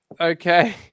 Okay